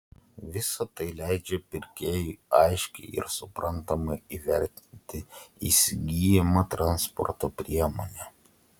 visa tai leidžia pirkėjui aiškiai ir suprantamai įvertinti įsigyjamą transporto priemonę